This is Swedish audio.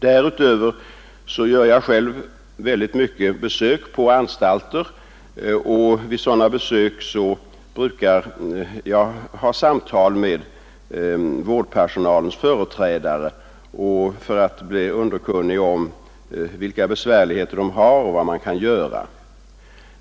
Därutöver gör jag själv väldigt många besök på anstalter, och vid sådana besök brukar jag samtala med vårdpersonalens företrädare för att bli underkunnig om vilka besvärligheter de har och vad man kan göra.